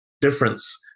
difference